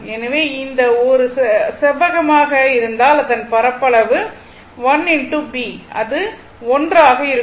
எனவே இந்த ஒரு செவ்வகமாக இருந்தால் அதன் பரப்பளவு l b அது l ஆக இருக்கும்